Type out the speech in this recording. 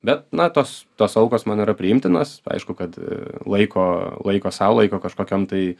bet na tos tos aukos man yra priimtinos aišku kad laiko laiko sau laiko kažkokiom tai